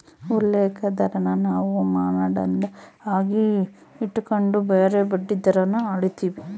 ಉಲ್ಲೇಖ ದರಾನ ನಾವು ಮಾನದಂಡ ಆಗಿ ಇಟಗಂಡು ಬ್ಯಾರೆ ಬಡ್ಡಿ ದರಾನ ಅಳೀತೀವಿ